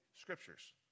scriptures